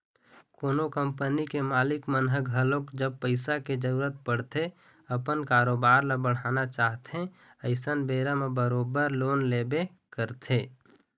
कोनो कंपनी के मालिक मन ह घलोक जब पइसा के जरुरत पड़थे अपन कारोबार ल बढ़ाना चाहथे अइसन बेरा म बरोबर लोन लेबे करथे